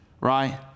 right